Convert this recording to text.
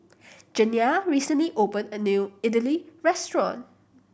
Janiah recently open a new Idili restaurant